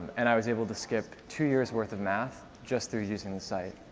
and i was able to skip two years worth of math just through using the site.